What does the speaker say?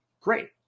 Great